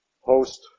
host